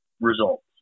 results